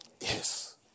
Yes